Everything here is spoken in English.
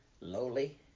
lowly